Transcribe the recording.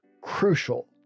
crucial